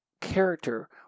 character